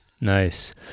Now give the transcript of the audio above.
nice